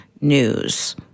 news